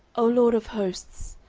o lord of hosts,